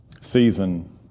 season